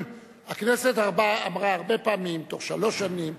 הכנסת אמרה הרבה פעמים: תוך שלוש שנים,